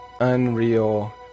unreal